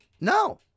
No